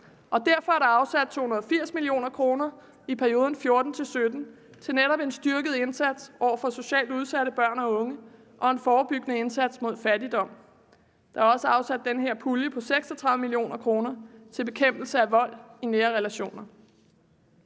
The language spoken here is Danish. derfor er der afsat 280 mio. kr. i perioden 2014-2017 til netop en styrket indsats over for socialt udsatte børn og unge og en forebyggende indsats mod fattigdom. Der er også afsat den her pulje på 36 mio. kr. til bekæmpelse af vold i nære relationer.